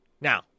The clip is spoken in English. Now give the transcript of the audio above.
Now